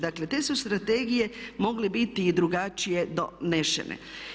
Dakle te su strategije mogle biti i drugačije donesene.